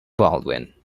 baldwin